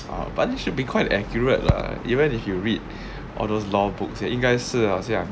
ah but this should be quite accurate lah even if you read all those law books 也应该是好像